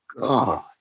God